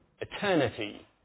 eternity